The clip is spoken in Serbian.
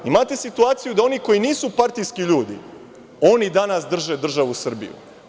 Imate situaciju da oni koji nisu partijski ljudi, oni danas drže državu Srbiju.